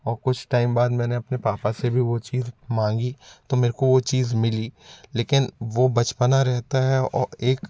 और कुछ टैम बाद मैंने अपने पापा से भी वो चीज़ मांगी तो मेरे को वो चीज़ मिली लेकिन वो बचपना रहता है और एक